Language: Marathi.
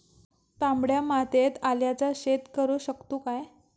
तामड्या मातयेत आल्याचा शेत करु शकतू काय?